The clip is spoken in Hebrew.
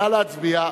נא להצביע.